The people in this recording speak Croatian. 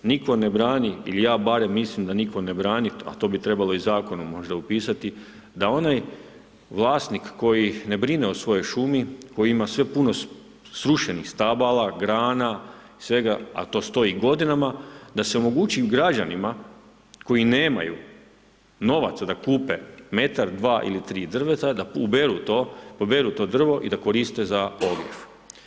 Nitko ne brani ili ja barem mislim da nitko ne brani, a to bi trebalo i zakonom možda upisati da onaj vlasnik koji ne brine o svojoj šumi koji ima sve puno srušenih stabala, grana i svega a to stoji godinama da se omogući građanima koji nemaju novaca da kupe metar, dva ili tri drveta da uberu to, poberu to drvo i da koriste za ogrjev.